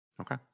Okay